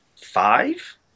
Five